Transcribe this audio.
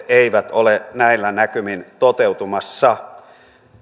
eivät ole näillä näkymin toteutumassa